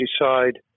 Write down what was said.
decide